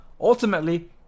Ultimately